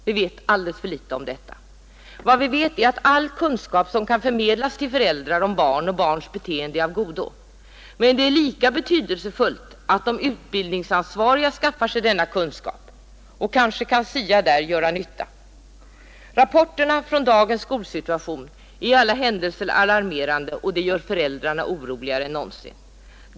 Vi vet alldeles för litet om detta. Vad vi vet är att all kunskap, som kan förmedlas till föräldrar om barn och barns beteende är av godo. Men det är lika betydelsefullt att de utbildningsansvariga skaffar sig samma kunskap. Kanske kan SIA där göra nytta. Rapporterna från dagens skolsituation är i alla händelser alarmerande, och detta gör föräldrarna oroligare än någonsin.